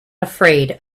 afraid